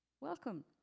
welcome